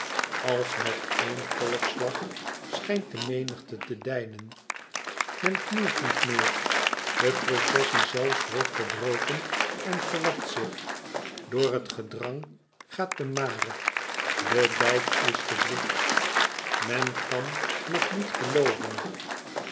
als met éen golfslag schijnt de menigte te deinen men knielt niet meer de processie zelfs wordt verbroken en verwart zich door het gedrang gaat de mare de dijk is gezwicht men kàn nog niet gelooven